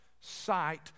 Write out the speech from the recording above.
sight